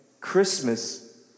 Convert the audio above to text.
Christmas